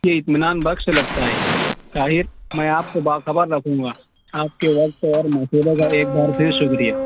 یہ اطمینان بخش لگتا ہے طاہر میں آپ کو باخبر رکھوں گا آپ کے وقت اور مشورے کا ایک بار پھر شکریہ